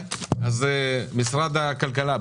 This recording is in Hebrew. משרד הכלכלה,